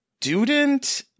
student